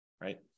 right